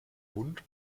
hund